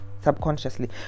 Subconsciously